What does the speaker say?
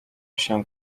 się